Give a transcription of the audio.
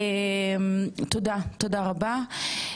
תודה רבה.